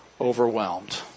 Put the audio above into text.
overwhelmed